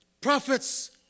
prophets